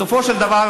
בסופו של דבר,